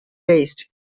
raised